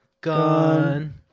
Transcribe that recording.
gone